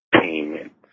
Payment